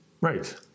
Right